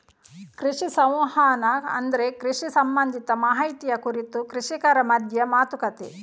ಕೃಷಿ ಸಂವಹನ ಅಂದ್ರೆ ಕೃಷಿ ಸಂಬಂಧಿತ ಮಾಹಿತಿಯ ಕುರಿತು ಕೃಷಿಕರ ಮಧ್ಯ ಮಾತುಕತೆ